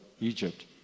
Egypt